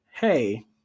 hey